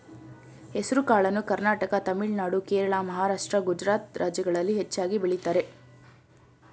ಹೆಸರುಕಾಳನ್ನು ಕರ್ನಾಟಕ ತಮಿಳುನಾಡು, ಕೇರಳ, ಮಹಾರಾಷ್ಟ್ರ, ಗುಜರಾತ್ ರಾಜ್ಯಗಳಲ್ಲಿ ಹೆಚ್ಚಾಗಿ ಬೆಳಿತರೆ